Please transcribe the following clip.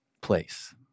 place